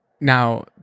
now